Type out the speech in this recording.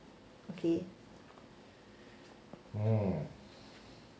okay